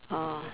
oh